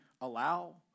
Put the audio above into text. allow